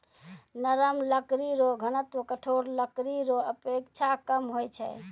नरम लकड़ी रो घनत्व कठोर लकड़ी रो अपेक्षा कम होय छै